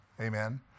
Amen